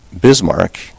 Bismarck